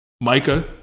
Micah